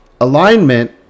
alignment